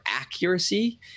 accuracy